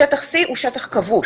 שטח Cהוא שטח כבוש,